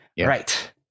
Right